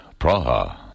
Praha